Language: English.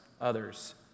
others